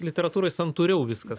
literatūroj santūriau viskas